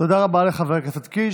תודה רבה לחבר הכנסת קיש.